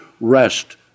rest